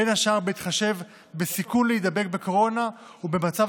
בין השאר בהתחשב בסיכוי להידבק בקורונה ובמצב